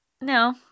No